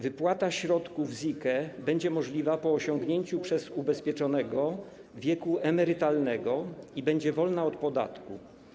Wypłata środków z IKE będzie możliwa po osiągnięciu przez ubezpieczonego wieku emerytalnego i będzie wolna od podatku.